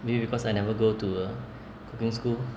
maybe because I never go to a cooking school